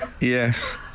Yes